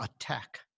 attack